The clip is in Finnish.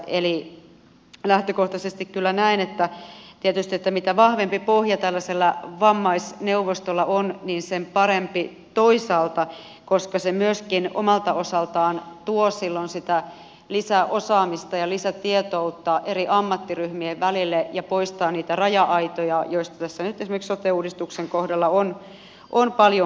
eli lähtökohtaisesti kyllä näen että tietysti mitä vahvempi pohja tällaisella vammaisneuvostolla on niin sen parempi toisaalta koska se myöskin omalta osaltaan tuo silloin sitä lisäosaamista ja lisätietoutta eri ammattiryhmien välille ja poistaa niitä raja aitoja joista tässä nyt esimerkiksi sote uudistuksen kohdalla on paljon puhuttu